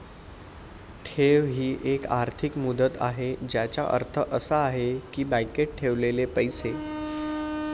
ठेव ही एक आर्थिक मुदत आहे ज्याचा अर्थ असा आहे की बँकेत ठेवलेले पैसे